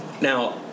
Now